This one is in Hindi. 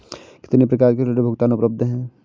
कितनी प्रकार के ऋण भुगतान उपलब्ध हैं?